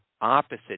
opposite